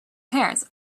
parents